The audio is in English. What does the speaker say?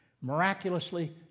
Miraculously